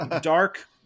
dark